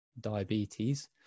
diabetes